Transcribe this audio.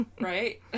right